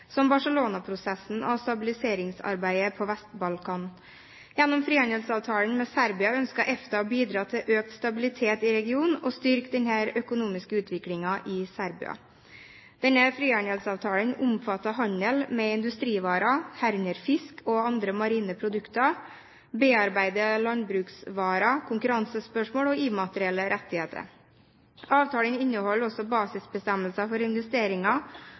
til prosesser av mer politisk karakter, som Barcelona-prosessen og stabiliseringsarbeidet på Vest-Balkan. Gjennom frihandelsavtalen med Serbia ønsker EFTA å bidra til økt stabilitet i regionen og styrke den økonomiske utviklingen i Serbia. Denne frihandelsavtalen omfatter handel med industrivarer, herunder fisk og andre marine produkter, bearbeidede landbruksvarer, konkurransespørsmål og immaterielle rettigheter. Avtalen inneholder også basisbestemmelser for